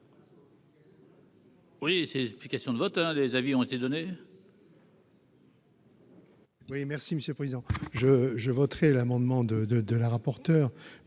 Oui c'est, explications de vote, les avis ont été donnés.